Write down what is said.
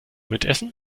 mitessen